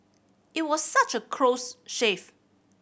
it was such a close shave